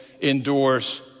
endures